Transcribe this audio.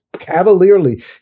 cavalierly